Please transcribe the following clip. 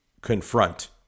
confront